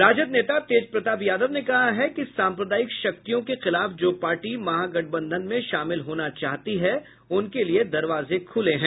राजद नेता तेज प्रताप यादव ने कहा है कि साम्प्रदायिक शक्तियों के खिलाफ जो पार्टी महागठबंधन में शामिल होना चाहती है उनके लिए दरवाजे खूले हैं